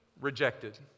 rejected